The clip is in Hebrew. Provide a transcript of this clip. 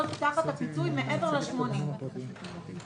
תחת הפיצוי, גם מעבר ל-80 קילומטר.